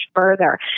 further